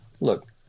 Look